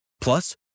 Plus